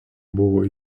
buvo